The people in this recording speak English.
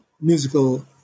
musical